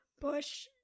bush